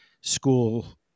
school